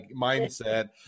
mindset